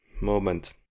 moment